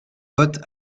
bottes